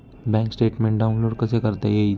Bank statement download कसे करता येईल?